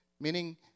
meaning